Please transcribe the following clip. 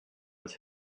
was